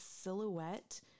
silhouette